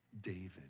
David